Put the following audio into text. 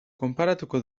konparatuko